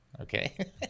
Okay